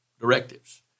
directives